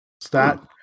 stat